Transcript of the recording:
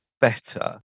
better